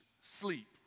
sleep